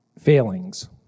failings